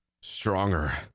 stronger